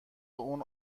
اون